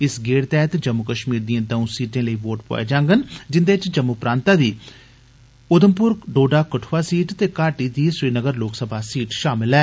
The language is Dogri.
इस गेड़ तैहत जम्मू कश्मीर दियें दंऊ सीटें लेई वोट पोआए जागंन जिन्दे च जम्मू प्रांतै दी उधमप्र डोडा कठुआ सीट ते घाटी दी श्रीनगर लोकसभा सीट शामल ऐ